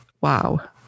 Wow